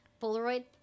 Polaroid